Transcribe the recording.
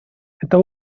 это